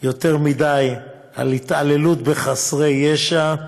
יותר מדי, על התעללות בחסרי ישע,